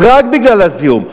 רק בגלל הזיהום,